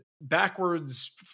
backwards